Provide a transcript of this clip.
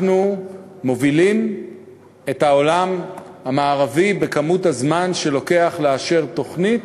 אנחנו מובילים בעולם המערבי במשך הזמן שלוקח לאשר תוכנית,